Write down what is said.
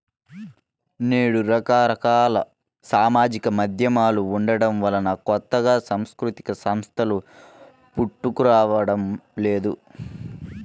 నేడు రకరకాల సామాజిక మాధ్యమాలు ఉండటం వలన కొత్తగా సాంస్కృతిక సంస్థలు పుట్టుకురావడం లేదు